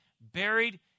buried